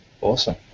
Awesome